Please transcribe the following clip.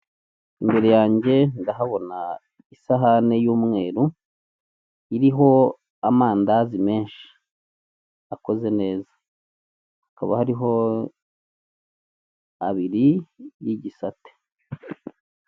Imbere yanjye ndahabona isahane y'umweru iriho amandazi menshi akoze neza, hakaba hariho abiri y'igisate.